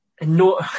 No